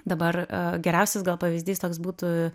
dabar geriausias pavyzdys toks būtų